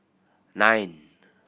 nine